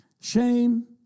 shame